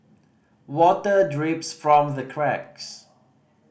water drips from the cracks